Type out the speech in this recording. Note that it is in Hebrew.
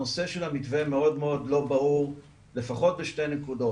הנושא של המתווה מאוד לא ברור לפחות בשתי נקודות,